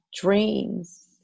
dreams